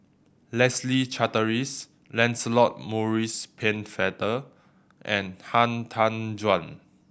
Leslie Charteris Lancelot Maurice Pennefather and Han Tan Juan